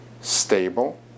stable